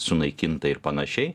sunaikinta ir panašiai